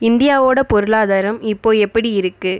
இந்தியாவோட பொருளாதாரம் இப்போது எப்படி இருக்குது